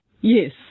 Yes